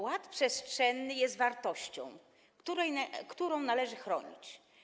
Ład przestrzenny jest wartością, którą należy chronić.